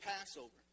Passover